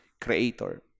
creator